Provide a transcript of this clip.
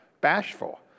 bashful